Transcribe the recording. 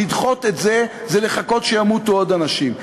לדחות את זה, זה לחכות שימותו עוד אנשים.